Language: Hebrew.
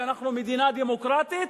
ואנחנו מדינה דמוקרטית,